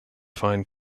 find